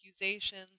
accusations